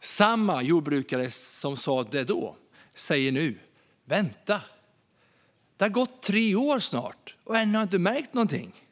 Samma jordbrukare som då sa detta säger nu: Vänta nu, det har snart gått tre år. Ändå har vi inte märkt någonting.